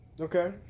Okay